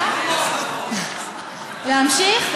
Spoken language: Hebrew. להמשיך?